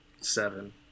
seven